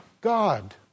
God